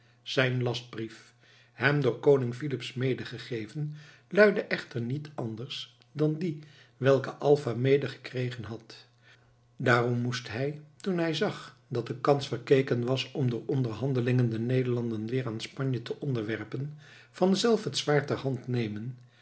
zijn lastbrief hem door koning filips medegegeven luidde echter niet anders dan die welken alva mede gekregen had daarom moest hij toen hij zag dat de kans verkeken was om door onderhandelingen de nederlanden weer aan spanje te onderwerpen vanzelf het zwaard ter hand nemen